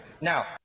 Now